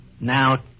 Now